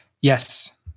Yes